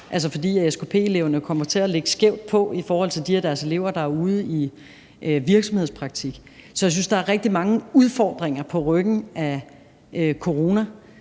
fordi skp-eleverne kommer til at ligge skævt på i forhold til de elever, der er ude i virksomhedspraktik. Så jeg synes, at der er rigtig mange udfordringer på ryggen af corona,